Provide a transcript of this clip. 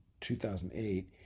2008